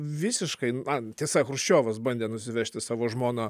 visiškai na tiesa chruščiovas bandė nusivežti savo žmoną